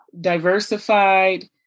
diversified